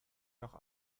nach